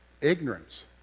ignorance